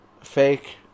fake